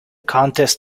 contest